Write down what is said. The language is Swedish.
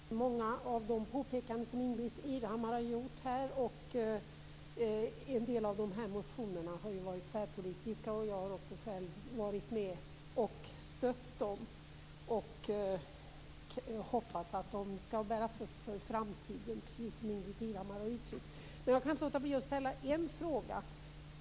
Herr talman! Jag kan instämma i många av de påpekanden som Ingbritt Irhammar här har gjort. En del av motionerna är tvärpolitiska. Jag har också själv stött dem. Jag hoppas att de bär frukt för framtiden, precis som Ingbritt Irhammar uttryckte sig. Jag kan dock inte låta bli att ställa en fråga.